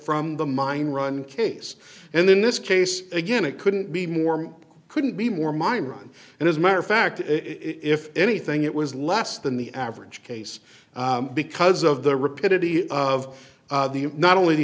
from the mine run case and in this case again it couldn't be more couldn't be more mine and as a matter of fact if anything it was less than the average case because of the repetitive of not only the